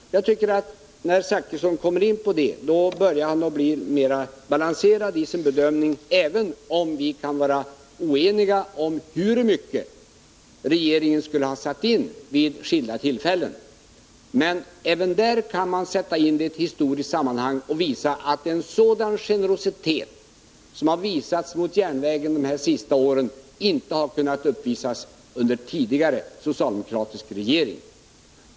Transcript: Jag tycker att då Bertil Zachrisson kommer in på detta börjar han bli mer balanserad i sin bedömning, även om vi kan vara oeniga om hur mycket regeringen skulle ha satt in vid skilda tillfällen. Men även den saken kan man föra in i ett historiskt sammanhang och åskådliggöra att en sådan generositet som har visats mot järnvägen under de senaste åren har inte kunnat uppvisas under de socialdemokratiska regeringarnas tid.